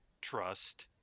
trust